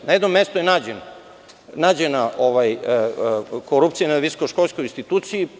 Na jednom mestu je nađena korupcija na jednoj visokoškolskoj instituciji.